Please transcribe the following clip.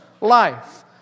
life